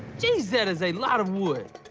jeez, that is a lot of wood.